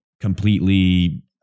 completely